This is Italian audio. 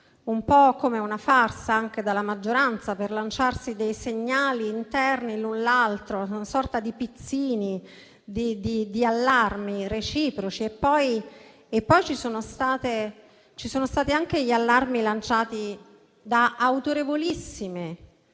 un po' come una farsa anche dalla maggioranza per lanciarsi segnali interni l'un l'altro, come una sorta di pizzini, di allarmi reciproci; poi ci sono stati anche gli allarmi lanciati da organismi